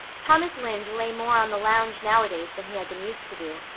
thomas lynde lay more on the lounge nowadays than he had been used to do,